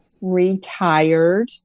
retired